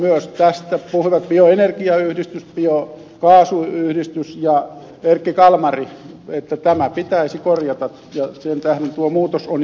myös tästä puhuivat bioenergiayhdistys biokaasuyhdistys ja erkki kalmari että tämä pitäisi korjata ja sen tähden tuo muutos on ihan paikallaan